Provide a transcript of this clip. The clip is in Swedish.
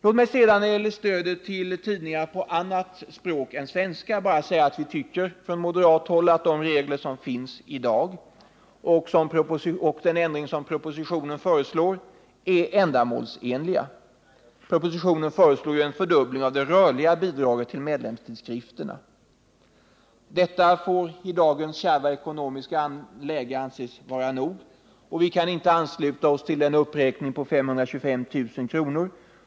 Låt mig sedan beträffande stödet till tidningar på andra språk än svenska bara säga att vi från moderat håll tycker att de regler som finns i dag och den ändring som propositionen föreslår är ändamålsenliga. Propositionen föreslår en fördubbling av det rörliga bidraget till medlemstidskrifterna. Detta får i dagens kärva ekonomiska läge anses vara nog, och vi kan inte ansluta oss till den uppräkning med 525 000 kr.